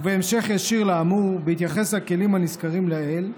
ובהמשך ישיר לאמור בהתייחס לכלים הנזכרים לעיל,